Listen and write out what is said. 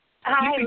Hi